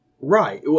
Right